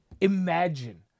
imagine